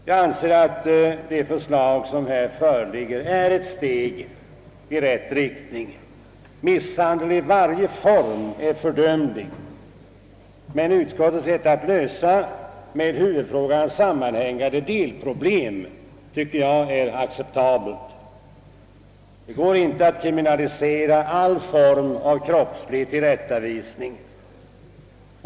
Jag anser att det förslag som nu föreligger är ett steg i rätt riktning. Misshandel i varje form är fördömlig. Utskottets sätt att lösa med huvudfrågan sammanhängande delproblem finner jag acceptabelt. Det är inte möjligt att kriminalisera all form av kroppslig tillrättavisning.